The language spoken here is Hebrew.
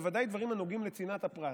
בוודאי דברים הנוגעים לצנעת הפרט